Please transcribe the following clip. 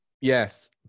Yes